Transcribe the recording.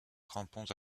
crampons